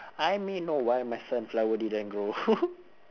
I may know why my sunflower didn't grow